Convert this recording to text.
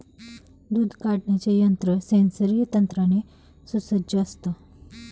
दूध काढण्याचे यंत्र सेंसरी यंत्राने सुसज्ज असतं